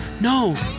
No